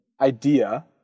idea